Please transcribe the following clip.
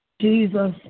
Jesus